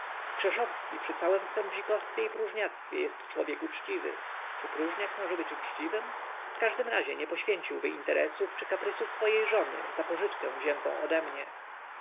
krzeszowski przy całem swojem bzikowstwie i próżniactwie jest człowiek uczciwy czy próżniak może być uczciwym w żadnym razie nie poświęciłby interesów czy kaprysów swojej żony za pożyczkę wziętą odemnie